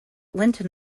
linton